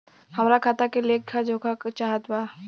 हमरा खाता के लेख जोखा चाहत बा?